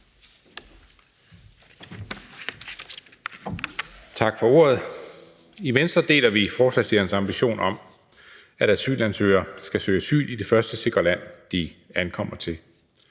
Tak for ordet. I Venstre deler vi forslagsstillernes ambition om, at asylansøgere skal søge asyl i det første sikre land, de ankommer til.